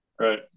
right